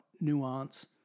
nuance